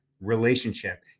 relationship